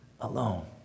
alone